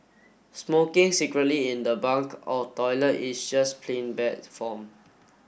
smoking secretly in the bunk or toilet is just plain bad form